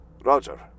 Roger